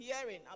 hearing